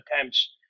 attempts